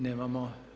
Nemamo.